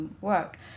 work